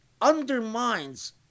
undermines